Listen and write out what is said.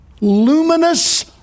luminous